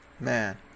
man